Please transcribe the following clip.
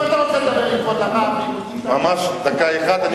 אם אתה רוצה לדבר עם כבוד הרב, ממש דקה אחת.